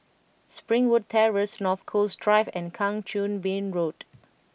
Springwood Terrace North Coast Drive and Kang Choo Bin Road